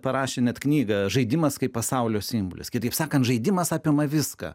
parašė net knygą žaidimas kaip pasaulio simbolis kitaip sakant žaidimas apima viską